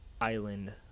Island